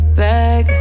bag